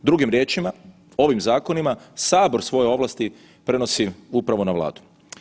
Drugim riječima, ovim zakonima sabor svoje ovlasti prenosi upravo na Vladu.